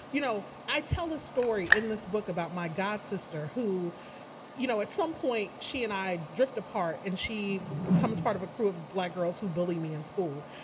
you know i tell a story in this book about my godsister, who you know at some point she and i drift apart and she becomes part of a crew of black girls who bully me in school.